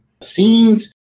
scenes